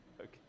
Okay